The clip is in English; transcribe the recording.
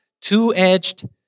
two-edged